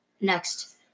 next